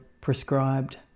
prescribed